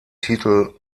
titel